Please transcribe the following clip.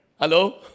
Hello